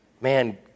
Man